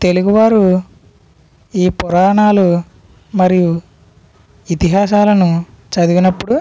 తెలుగువారు ఈ పురాణాలు మరియు ఇతిహాసాలను చదివినప్పుడు